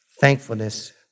thankfulness